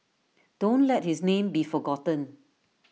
don't let his name be forgotten